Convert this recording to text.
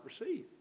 receive